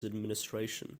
administration